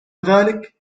ذلك